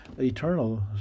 eternal